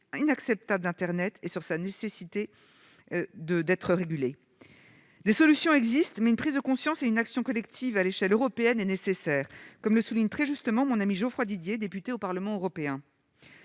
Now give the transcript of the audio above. inacceptables d'internet et sur la nécessité de le réguler. Des solutions existent, mais une prise de conscience et une action collective à l'échelle européenne sont nécessaires, comme le souligne très justement mon ami Geoffroy Didier, député au Parlement européen.